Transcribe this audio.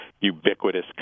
ubiquitous